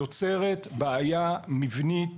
יוצרת בעיה מבנית,